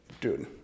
dude